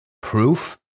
Proof